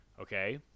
okay